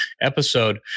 episode